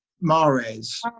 mares